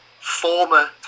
former